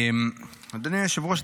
אדוני היושב-ראש,